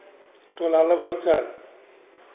टोला लभरचक